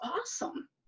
awesome